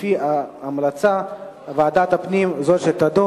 לוועדה שתקבע